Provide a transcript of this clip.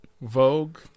Vogue